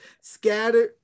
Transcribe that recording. scattered